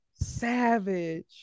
Savage